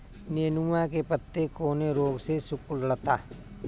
नेनुआ के पत्ते कौने रोग से सिकुड़ता?